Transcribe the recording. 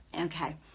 Okay